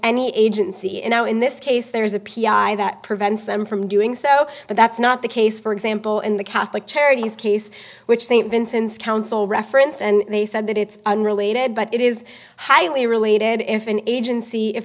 any agency and now in this case there is a p r that prevents them from doing so but that's not the case for example in the catholic charities case which st vincents council referenced and they said that it's unrelated but it is highly related if an agency if